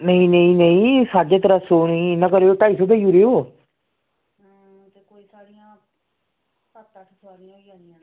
नेईं नेईं नेईं साढ़े त्रैऽ सौ निं तां ढाई सौ देई ओड़ेओ